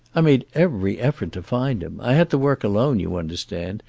i made every effort to find him. i had to work alone, you understand,